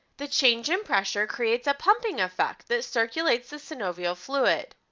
the change in pressure creates a pumping effect that circulates the synovial fluid.